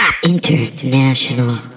International